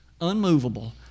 unmovable